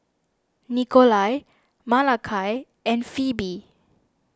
Nikolai Malakai and Pheobe